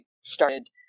started